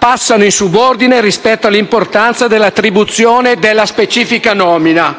passano in subordine rispetto all'importanza dell'attribuzione della specifica nomina.